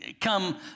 come